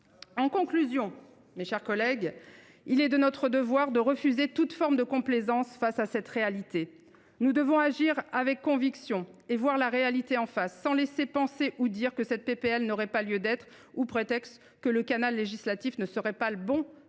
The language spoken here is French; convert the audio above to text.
En conclusion, il est de notre devoir de refuser toute forme de complaisance face à cette réalité. Nous devons agir avec conviction et voir la réalité en face, sans laisser penser ou dire que cette proposition de loi n’aurait pas lieu d’être, au prétexte que le canal législatif ne serait pas le bon,